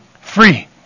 Free